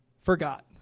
forgot